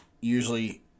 usually